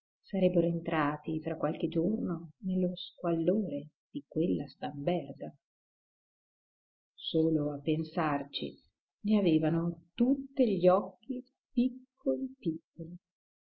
sarebbero entrati fra qualche giorno nello squallore di quella stamberga solo a pensarci ne avevano tutte gli occhi piccoli piccoli